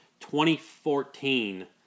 2014